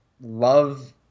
love